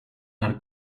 are